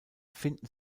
finden